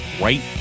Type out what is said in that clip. right